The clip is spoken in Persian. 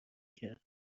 کرد